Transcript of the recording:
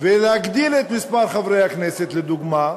ולהגדיל את מספר חברי הכנסת, לדוגמה,